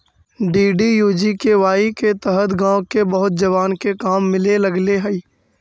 DDUGKY के तहत गाँव के बहुत जवान के काम मिले लगले हई